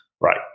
Right